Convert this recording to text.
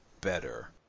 better